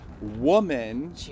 woman